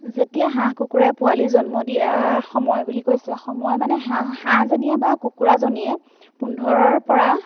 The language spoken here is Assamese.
যেতিয়া হাঁহ কুকুৰাই পোৱালি জন্ম দিয়াৰ সময় বুলি কৈছে সময় মানে হাঁহ হাঁহজনীয়ে বা কুকুৰাজনীয়ে পোন্ধৰৰ পৰা